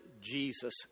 Jesus